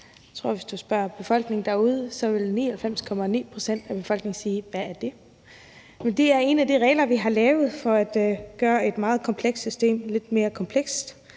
Jeg tror, at hvis du spørger befolkningen derude, så vil 99,9 pct. sige: Hvad er det? Men det er en af de regler, vi har lavet for at gøre et meget komplekst system lidt mere komplekst,